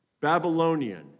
Babylonian